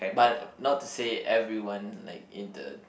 but not to say everyone like in the